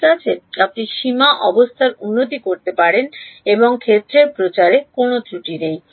ঠিক আছে আপনি সীমা অবস্থার উন্নতি করতে পারেন এবং ক্ষেত্রের প্রচারে কোনও ত্রুটি নেই